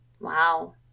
Wow